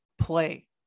play